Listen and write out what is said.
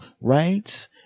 Right